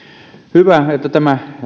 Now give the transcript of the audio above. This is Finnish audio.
hyvä että tämä